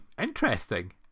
Interesting